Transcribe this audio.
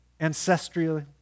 ancestral